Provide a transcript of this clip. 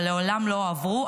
אבל מעולם לא הועברו,